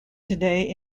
today